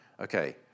Okay